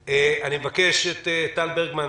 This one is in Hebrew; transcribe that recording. אני מבקש לשמוע את טל ברגמן.